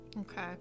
Okay